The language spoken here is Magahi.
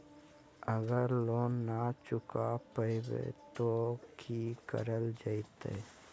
अगर लोन न चुका पैबे तो की करल जयते?